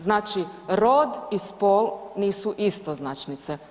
Znači rod i spol nisu istoznačnice.